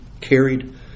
carried